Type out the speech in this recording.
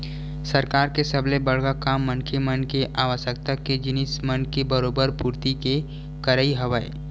सरकार के सबले बड़का काम मनखे मन के आवश्यकता के जिनिस मन के बरोबर पूरति के करई हवय